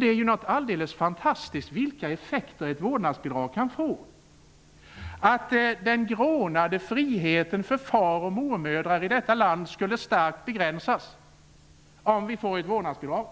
Det är något alldeles fantastiskt vilka effekter ett vårdnadsbidrag kan få! Den grånade friheten för far och mormödrar i detta land skulle starkt begränsas om vi får ett vårdnadsbidrag.